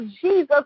Jesus